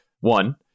one